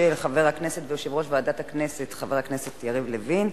של יושב-ראש ועדת הכנסת חבר הכנסת יריב לוין.